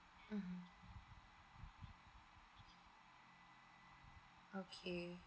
mm okay